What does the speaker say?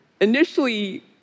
Initially